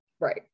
right